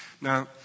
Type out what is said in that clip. Now